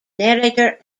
narrator